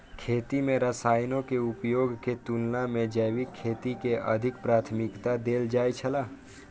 खेती में रसायनों के उपयोग के तुलना में जैविक खेती के अधिक प्राथमिकता देल जाय छला